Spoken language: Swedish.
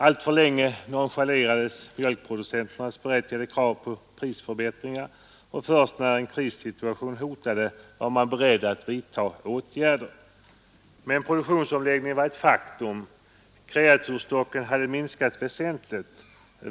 Alltför länge nonchalerades mjölkproducenternas berättigade krav på prisförbättringar, och först när en krissituation hotade var man beredd att vidta åtgärder. Men produktionsomläggningen var ett faktum. Kreatursstocken hade minskat väsentligt.